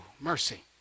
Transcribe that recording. mercy